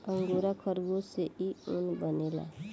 angora खरगोश से इ ऊन बनेला